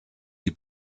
die